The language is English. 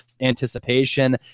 anticipation